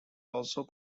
also